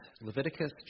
Leviticus